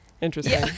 interesting